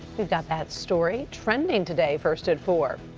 we've got that story trending today, first at four.